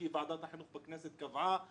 כי ועדת החינוך בכנסת קבעה וכו'.